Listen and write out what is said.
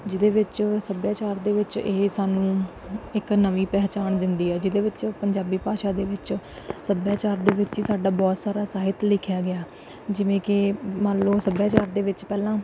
ਜਿਹਦੇ ਵਿੱਚ ਸੱਭਿਆਚਾਰ ਦੇ ਵਿੱਚ ਇਹ ਸਾਨੂੰ ਇੱਕ ਨਵੀਂ ਪਹਿਚਾਣ ਦਿੰਦੀ ਹੈ ਜਿਹਦੇ ਵਿੱਚ ਪੰਜਾਬੀ ਭਾਸ਼ਾ ਦੇ ਵਿੱਚ ਸੱਭਿਆਚਾਰ ਦੇ ਵਿੱਚ ਹੀ ਸਾਡਾ ਬਹੁਤ ਸਾਰਾ ਸਾਹਿਤ ਲਿਖਿਆ ਗਿਆ ਜਿਵੇਂ ਕਿ ਮੰਨ ਲਓ ਸੱਭਿਆਚਾਰ ਦੇ ਵਿੱਚ ਪਹਿਲਾਂ